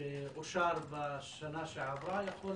שאושר בשנה שעברה, גם